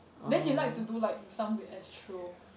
then he likes to do like some weird ass throw